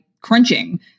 crunching